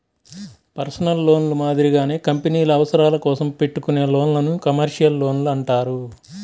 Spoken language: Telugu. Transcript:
పర్సనల్ లోన్లు మాదిరిగానే కంపెనీల అవసరాల కోసం పెట్టుకునే లోన్లను కమర్షియల్ లోన్లు అంటారు